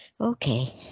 Okay